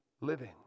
living